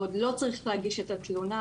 ועוד לא צריך להגיש את התלונה.